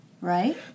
Right